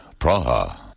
Praha